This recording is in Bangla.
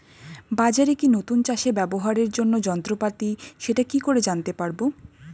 বাজারে কি নতুন চাষে ব্যবহারের জন্য যন্ত্রপাতি সেটা কি করে জানতে পারব?